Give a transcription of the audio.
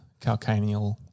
calcaneal